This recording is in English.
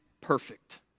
perfect